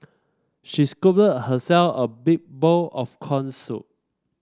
she scooped herself a big bowl of corn soup